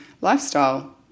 lifestyle